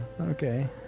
okay